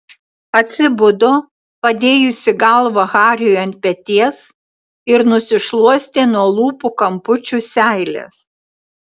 atsibudo padėjusi galvą hariui ant peties ir nusišluostė nuo lūpų kampučių seiles